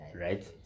right